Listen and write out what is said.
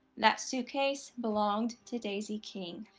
that suitcase belonged to daisie king.